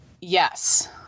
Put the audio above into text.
Yes